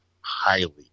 highly